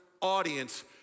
audience